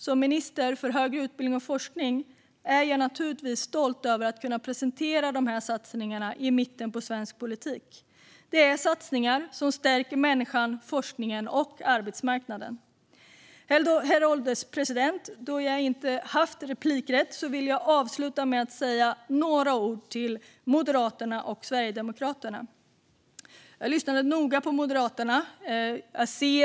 Som minister för högre utbildning och forskning är jag naturligtvis stolt över att kunna presentera dessa satsningar som ligger i mitten av svensk politik. Det här är satsningar som stärker människan, forskningen och arbetsmarknaden. Herr ålderspresident! Då jag inte haft replikrätt vill jag avsluta med att säga några ord till Moderaterna och Sverigedemokraterna. Jag lyssnade noga på Moderaternas talesperson.